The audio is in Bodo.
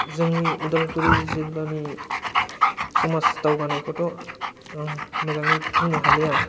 जोंनि उदालगुरि जिल्लानि समाज दावगानायखौथ' आं मोजाङै बुंनो हालिया